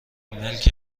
ملک